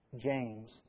James